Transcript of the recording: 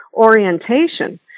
orientation